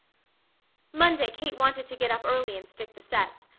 monday kate wanted to get up early and stick the sets,